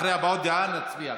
אחרי הבעות דעה נצביע.